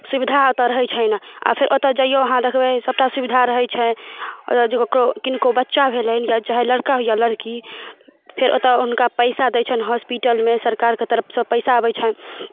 सुविधा ओतऽ रहै छै आओर फेर ओतऽ जइऔ अहाँ देखबै सबटा सुविधा रहै छै ओतऽ जे ककरो किनको बच्चा भेलनि या चाहे लड़का हो या लड़की फेर ओतऽ हुनका पइसा दै छनि हॉस्पिटलमे सरकारके तरफसँ पइसा आबै छनि